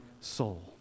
soul